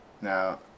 Now